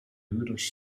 huurders